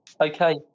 okay